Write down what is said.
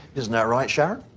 isn't that right sharon?